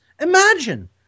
Imagine